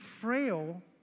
frail